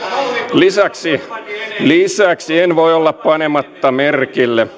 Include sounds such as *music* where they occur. lisäksi lisäksi en voi olla panematta merkille *unintelligible*